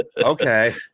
Okay